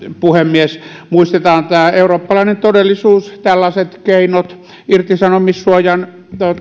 puhemies muistetaan tämä eurooppalainen todellisuus tällaiset keinot irtisanomissuojan